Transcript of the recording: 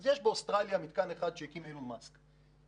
יש באוסטרליה מתקן אחד שהקים אילון מאסק,